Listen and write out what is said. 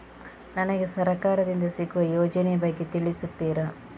ನನಗೆ ಸರ್ಕಾರ ದಿಂದ ಸಿಗುವ ಯೋಜನೆ ಯ ಬಗ್ಗೆ ತಿಳಿಸುತ್ತೀರಾ?